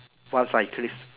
one cyclist